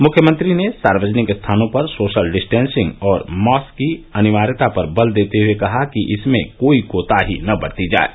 मुख्यमंत्री ने सार्वजनिक स्थानों पर सोशल डिस्टेंसिंग और मास्क की अनिवार्यता पर बल देते हए कहा कि इसमें कोई कोताही न बरती जाये